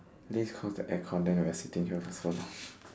please off the aircon then we are sitting here for so long